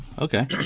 okay